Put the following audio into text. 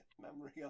memory